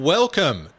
Welcome